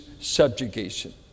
subjugation